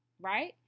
Right